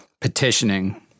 petitioning